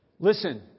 Listen